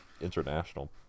international